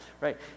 right